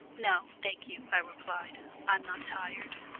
no, thank you, i replied, i'm not tired.